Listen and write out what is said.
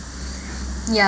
ya